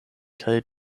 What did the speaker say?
kaj